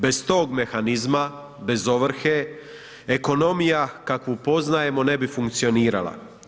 Bez tog mehanizma, bez ovrhe ekonomija kakvu poznajemo ne bi funkcionirala.